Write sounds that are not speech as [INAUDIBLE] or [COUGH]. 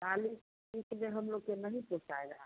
चालीस [UNINTELLIGIBLE] हम लोग के नहीं पोसाएगा